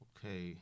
Okay